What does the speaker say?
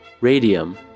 Radium